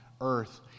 earth